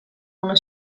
una